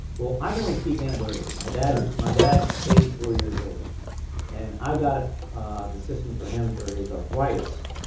well, i can only speak anecdotally, my dad's my dad's eighty four years old and i got ah ah the system for him for his arthritis.